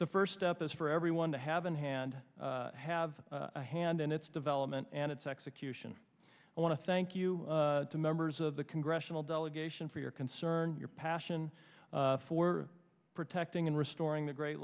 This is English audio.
the first step is for everyone to have in hand have a hand in its development and its execution i want to thank you the members of the congressional delegation for your concern your passion for protecting and restoring the great